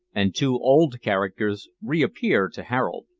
and two old characters reappear to harold.